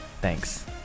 Thanks